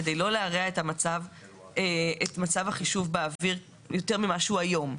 כדי לא להרע את מצב החישוב באוויר יותר ממה שהוא היום.